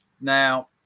Now